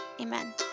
Amen